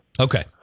Okay